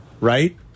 Right